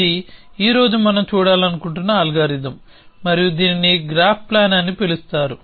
ఇది ఈ రోజు మనం చూడాలనుకుంటున్న అల్గోరిథం మరియు దీనిని గ్రాఫ్ ప్లాన్ అని పిలుస్తారు